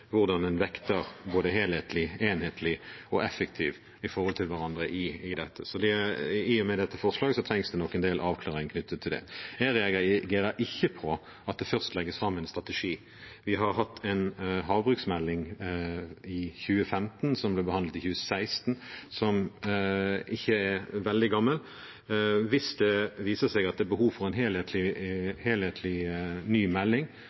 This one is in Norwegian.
hvordan en vekter både helhetlig, enhetlig og effektivt i forhold til hverandre. I og med dette forslaget trengs det nok en del avklaring knyttet til det. Jeg reagerer ikke på at det først legges fram en strategi. Vi har hatt en havbruksmelding i 2015, som ble behandlet i 2016, som ikke er veldig gammel. Hvis det viser seg at det er behov for en helhetlig, ny melding,